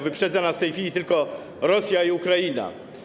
Wyprzedzają nas w tej chwili tylko Rosja i Ukraina.